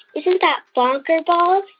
isn't that bonkerballs?